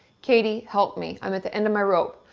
kati, help me. i m at the end of my rope.